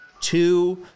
two